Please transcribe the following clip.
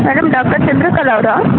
madam doctor Chandrakala ಅವರಾ